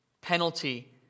penalty